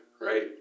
right